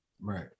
Right